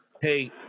hey